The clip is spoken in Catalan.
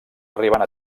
arribant